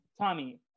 Tommy